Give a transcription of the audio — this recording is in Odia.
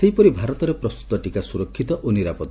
ସେହିପରି ଭାରତରେ ପ୍ରସ୍ତୁତ ଟିକା ସୁରକ୍ଷିତ ଓ ନିରାପଦ